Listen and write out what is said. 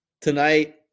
tonight